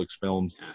films